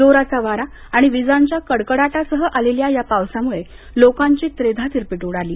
जोराचा वारा आणि विजांच्या कडकडाटासह आलेल्या या पावसामुळे लोकांची त्रेधातिरपीट उडाली